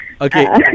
Okay